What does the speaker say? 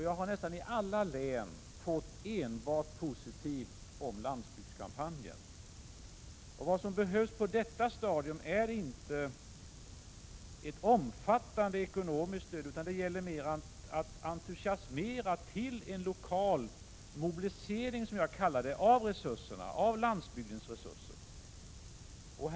Jag har i nästan alla län fått enbart positiva reaktioner på landsbygdskampanjen. Vad som behövs på detta stadium är inte ett omfattande ekonomiskt stöd, utan det gäller mer att entusiasmera till en lokal mobilisering, som jag kallar det, av landsbygdens resurser.